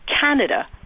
Canada